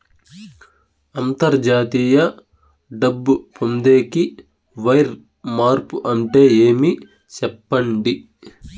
అంతర్జాతీయ డబ్బు పొందేకి, వైర్ మార్పు అంటే ఏమి? సెప్పండి?